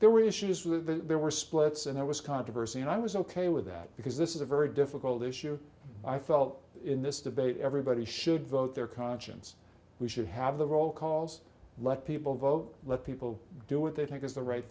there were issues with there were splits and there was controversy and i was ok with that because this is a very difficult issue i felt in this debate everybody should vote their conscience we should have the roll calls let people vote let people do what they think is the right